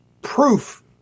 proof